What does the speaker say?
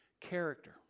character